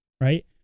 right